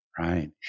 Right